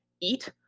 eat